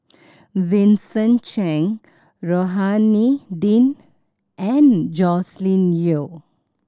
Vincent Cheng Rohani Din and Joscelin Yeo